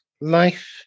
life